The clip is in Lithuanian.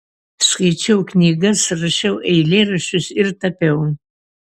skaičiau knygas rašiau eilėraščius ir tapiau